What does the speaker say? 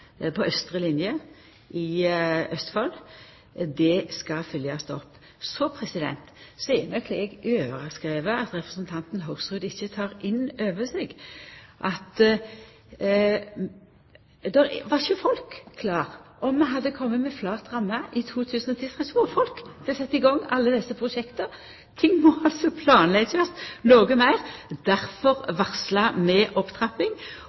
på austre linje i Østfold. Det skal bli følgt opp. Så er nok eg overraska over at representanten Hoksrud ikkje tek inn over seg at folk ikkje var klare. Om vi hadde kome med flat ramme i 2010, hadde det ikkje vore folk til å setja i gang alle desse prosjekta. Ting må altså planleggjast noko meir. Difor varsla vi ei opptrapping.